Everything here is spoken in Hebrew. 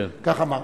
כך אמר.